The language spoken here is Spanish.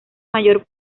mayor